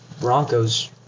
Broncos